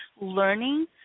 learning